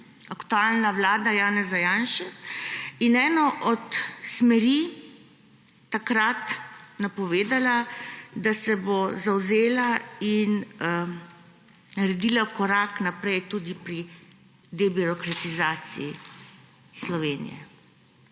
aktualna vlada Janeza Janše in eno od smeri takrat napovedala, da se bo zavzela in naredila korak naprej tudi pri debirokratizaciji Slovenije.